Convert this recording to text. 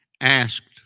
Asked